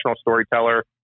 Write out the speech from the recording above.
storyteller